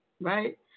right